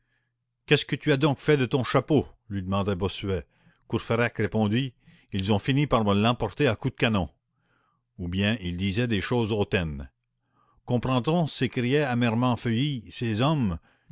qu'est-ce que tu as donc fait de ton chapeau lui demanda bossuet courfeyrac répondit ils ont fini par me l'emporter à coups de canon ou bien ils disaient des choses hautaines comprend on s'écriait amèrement feuilly ces hommes